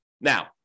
Now